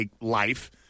life